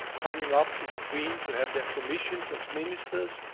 coming up to the queen to have their commissions as ministers.